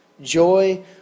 joy